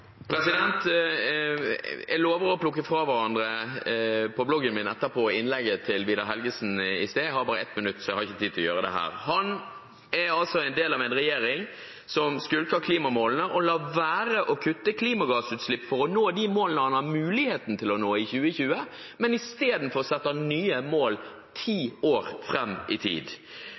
Jeg lover å plukke fra hverandre innlegget til Vidar Helgesen i stad på bloggen min etterpå. Jeg har bare ett minutt, så jeg har ikke tid til å gjøre det her. Han er en del av en regjering som skulker klimamålene og lar være å kutte klimagassutslipp for å nå de målene han har muligheten til å nå i 2020, men istedenfor setter nye mål ti år fram i tid.